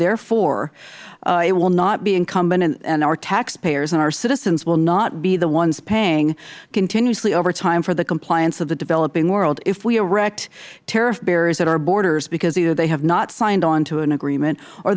therefore it will not be incumbent and our taxpayers and our citizens will not be the ones paying continuously over time for the compliance of the developing world if we erect tariff barriers at our borders because either they have not signed onto an agreement or